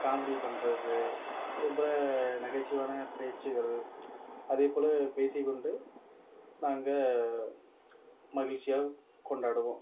comedy பண்ணுறது ரொம்ப நகைச்சுவையான பேச்சுகள் அதே போல் பேசிக்கொண்டு நாங்கள் மகிழ்ச்சியாக கொண்டாடுவோம்